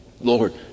Lord